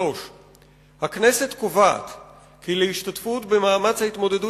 3. הכנסת קובעת כי להשתתפות במאמץ ההתמודדות